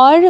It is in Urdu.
اور